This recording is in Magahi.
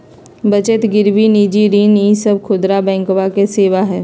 बचत गिरवी निजी ऋण ई सब खुदरा बैंकवा के सेवा हई